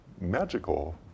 magical